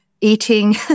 eating